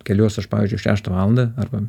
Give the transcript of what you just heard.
keliuos aš pavyzdžiui šeštą valandą arba